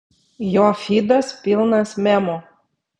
jo fydas pilnas memų